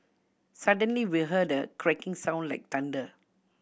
suddenly we heard a cracking sound like thunder